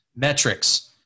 Metrics